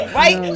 right